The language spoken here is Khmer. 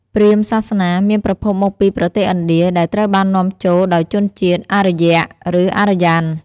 ព្រាហ្មណ៍សាសនា មានប្រភពមកពីប្រទេសឥណ្ឌា ដែលត្រូវបាននាំចូលដោយជនជាតិ អារ្យ (Arya) ឬ អារ្យ័ន (Aryan)។